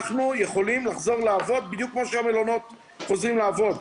אנחנו יכולים לחזור לעבוד בדיוק כמו שהמלונות חוזרים לעבוד.